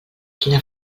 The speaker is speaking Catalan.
quina